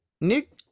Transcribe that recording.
Nick